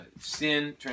sin